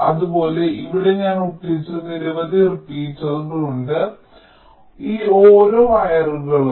അതുപോലെ ഇവിടെ ഞാൻ ഒട്ടിച്ച നിരവധി റിപ്പീറ്ററുകൾ ഉണ്ട് അതിനാൽ ഈ ഓരോ വയറുകളും